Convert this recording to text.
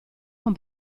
con